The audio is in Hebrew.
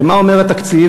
ומה אומר התקציב?